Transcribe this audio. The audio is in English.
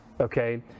Okay